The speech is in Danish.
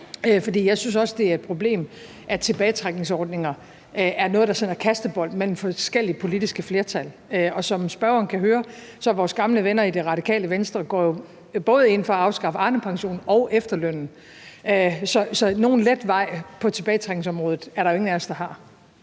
jeg synes også, det er et problem, at tilbagetrækningsordninger er noget, der sådan er kastebold mellem forskellige politiske flertal. Og som spørgeren kan høre, går vores gamle venner i Radikale Venstre jo både ind for at afskaffe Arnepensionen og efterlønnen, så nogen let vej på tilbagetrækningsområdet er der jo ingen af os der har.